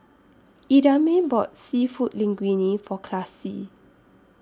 Idamae bought Seafood Linguine For Classie